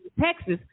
Texas